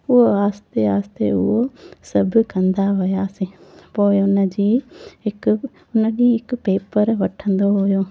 ऊअं आहिस्ते आहिस्ते उहो सभु कंदा हुयासीं पोइ उनजी हिक उन ॾींहुं हिक पेपर वठंदो हुयो